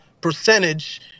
percentage